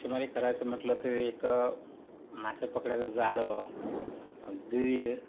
मासेमारी करायचं म्हटलं तरी एक मासे पकडायचं जाळं गीळ